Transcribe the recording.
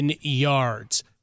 yards